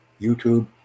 YouTube